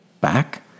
back